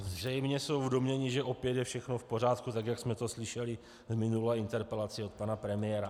Zřejmě jsou v domnění, že opět je všechno v pořádku, tak jak jsme to slyšeli v minulé interpelaci od pana premiéra.